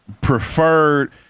preferred